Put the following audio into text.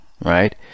right